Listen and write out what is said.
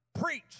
preach